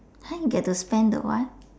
!huh! you get to spend the what